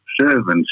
servants